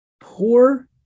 poor